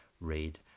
read